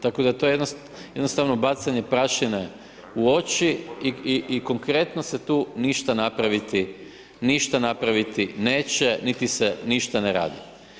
Tako da je to jednostavno bacanje prašine u oči i konkretno se tu ništa napraviti, ništa napraviti neće, niti se ništa ne radi.